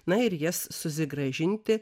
na ir jas susigrąžinti